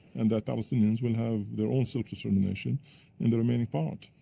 and that palestinians will have their own self-determination in the remaining part.